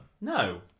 No